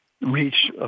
reach